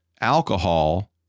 alcohol